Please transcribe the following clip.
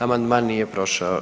Amandman nije prošao.